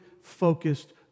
focused